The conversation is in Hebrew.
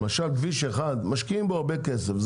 כביש מס' 1, משקיעים בו הרבה כסף.